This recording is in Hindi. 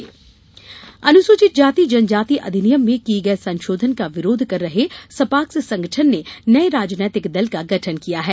सपाक्स समाज पार्टी अनूसुचित जाति जनजाति अधिनियम में किये गये संशोधन का विरोध कर रहे सपाक्स संगठन ने नये राजनैतिक दल का गठन किया है